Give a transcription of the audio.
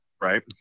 right